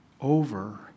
over